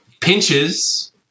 Pinches